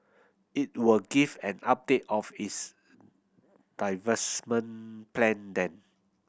it will give an update of its divestment plan then